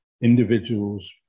individuals